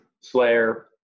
Slayer